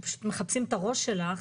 שפשוט מחפשים את הראש שלך.